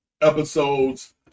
episodes